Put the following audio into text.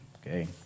Okay